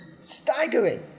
Staggering